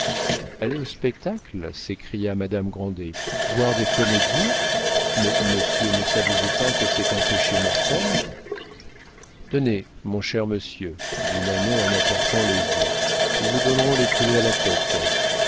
aller au spectacle s'écria madame grandet voir des comédiens mais monsieur ne savez-vous pas que c'est un péché mortel tenez mon cher monsieur dit nanon en apportant les œufs nous vous donnerons les poulets à la coque